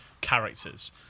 characters